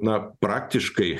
na praktiškai